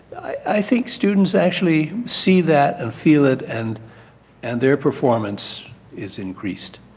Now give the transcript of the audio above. i think students actually see that and feel it and and their performance is increased.